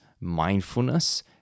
mindfulness